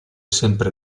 sempre